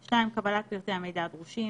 2) קבלת פרטי המידע הדרושים,